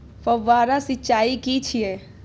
फव्वारा सिंचाई की छिये?